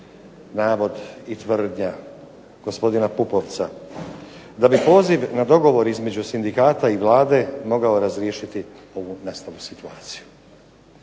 navod i tvrdnja gospodina Pupovca, da bi poziv na dogovor između sindikata i Vlade moglo razriješiti ovu nastalu situaciju.